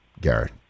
Garrett